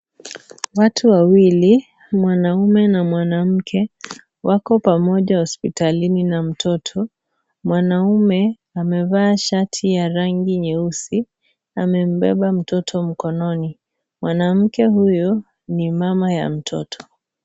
Watu wawili, mwanamke na mwanamme wako pamoja hositalini na mtoto. Mwanaume amevaa shati ya rangi nyeusi na amembeba mtoto mkononi. Mwanamke huyu ni mama ya mtoto.